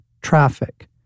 Traffic